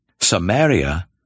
Samaria